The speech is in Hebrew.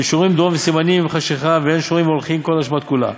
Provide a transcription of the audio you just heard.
ושורין דיו וסמנין עם חשכה והן שורין והולכין כל השבת כולה.